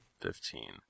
Fifteen